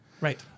Right